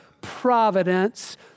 providence